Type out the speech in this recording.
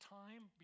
time